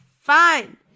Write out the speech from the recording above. fine